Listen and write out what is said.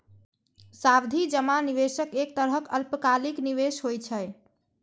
सावधि जमा निवेशक एक तरहक अल्पकालिक निवेश होइ छै